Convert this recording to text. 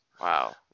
Wow